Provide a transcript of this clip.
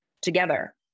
together